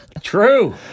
True